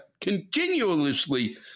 continuously